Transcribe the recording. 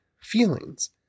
feelings